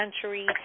century